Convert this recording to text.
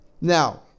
Now